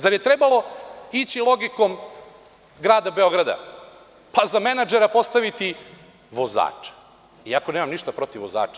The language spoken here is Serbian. Zar je trebalo ići logikom grada Beograda, pa za menadžera postaviti vozača, iako nemam ništa protiv vozača.